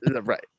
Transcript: right